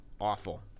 Awful